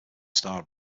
star